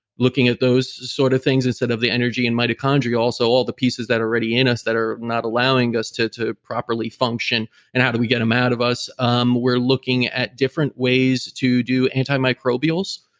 looking at those sort of things instead of the energy and mitochondria also all the pieces that are already in us that are not allowing us to to properly function and how do we get them out of us? um we're looking at different ways to do antimicrobials.